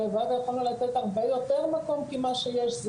הלוואי ויכולנו לתת הרבה יותר מקום ממה שיש,